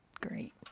Great